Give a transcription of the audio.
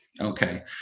Okay